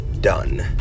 done